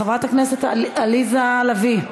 חברת הכנסת עליזה לביא,